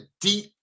deep